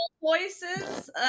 voices